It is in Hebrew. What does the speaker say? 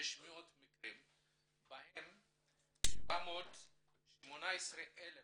לכ-975,600 מקרים בהם 718,200